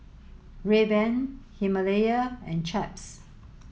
Rayban Himalaya and Chaps